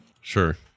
Sure